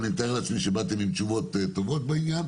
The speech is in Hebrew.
אני מתאר לעצמי שבאתם עם תשובות טובות בעניין.